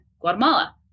Guatemala